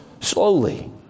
slowly